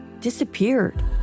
disappeared